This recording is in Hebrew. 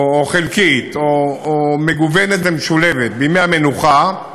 או חלקית, או מגוונת ומשולבת, בימי המנוחה,